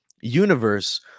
universe